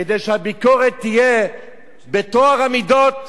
כדי שהביקורת תהיה בטוהר המידות,